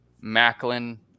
Macklin